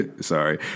sorry